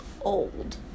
old